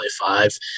five